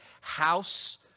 house